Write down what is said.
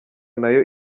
nayo